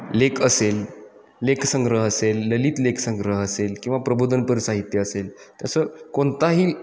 लेख असेल लेख संग्रह असेल ललित लेख संग्रह असेल किंवा प्रबोधनपर साहित्य असेल तसं कोणताही